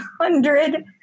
hundred